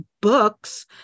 books